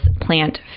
plant